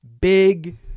big